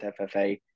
FFA